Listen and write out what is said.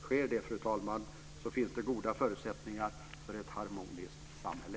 Sker det, fru talman, finns det goda förutsättningar för ett harmoniskt samhälle.